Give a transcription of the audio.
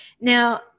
Now